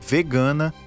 Vegana